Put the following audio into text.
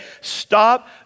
Stop